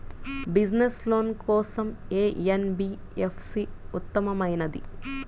Business loan కోసం ఏ NBFC ఉత్తమమైనది?